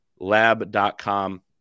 lab.com